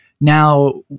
now